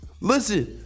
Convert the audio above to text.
Listen